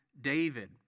David